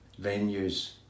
venues